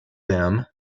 them